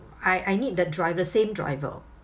I I need the driv~ the same driver